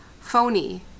phony